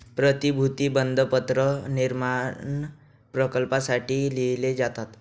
प्रतिभूती बंधपत्र निर्माण प्रकल्पांसाठी लिहिले जातात